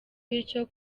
bityo